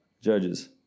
Judges